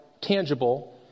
tangible